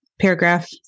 paragraph